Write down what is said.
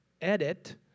edit